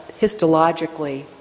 histologically